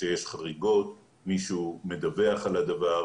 וכשיש חריגות מישהו מדווח על הדבר,